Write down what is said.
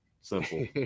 simple